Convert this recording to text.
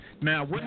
now